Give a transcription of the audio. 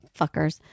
Fuckers